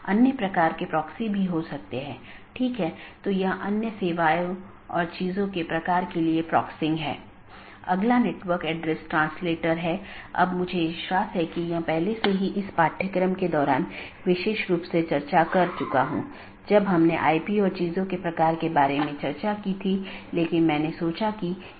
तो इसका मतलब है एक बार अधिसूचना भेजे जाने बाद डिवाइस के उस विशेष BGP सहकर्मी के लिए विशेष कनेक्शन बंद हो जाता है और संसाधन जो उसे आवंटित किये गए थे छोड़ दिए जाते हैं